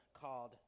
called